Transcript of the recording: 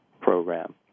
program